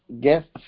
guests